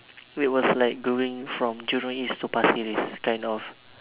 it was like going from Jurong-East to Pasir-Ris kind of